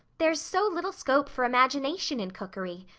there's so little scope for imagination in cookery.